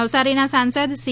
નવસારીના સાંસદ સી